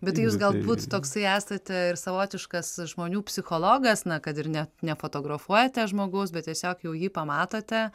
bet tai jūs galbūt toksai esate ir savotiškas žmonių psichologas na kad ir ne ne nefotografuojate žmogaus bet tiesiog jau jį pamatote